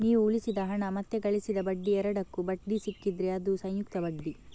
ನೀವು ಉಳಿಸಿದ ಹಣ ಮತ್ತೆ ಗಳಿಸಿದ ಬಡ್ಡಿ ಎರಡಕ್ಕೂ ಬಡ್ಡಿ ಸಿಕ್ಕಿದ್ರೆ ಅದು ಸಂಯುಕ್ತ ಬಡ್ಡಿ